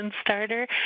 starter